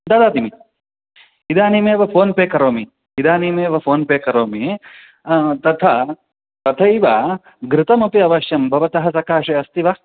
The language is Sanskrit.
ददाति मि इदानीमेव फ़ोन् पे करोमि इदानीमेव फ़ोन् पे करोमि तथा तथैव घृतमपि अवश्यं भवतः सकाशात् अस्ति वा